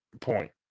point